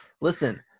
listen